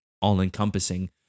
all-encompassing